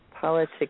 Politics